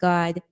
God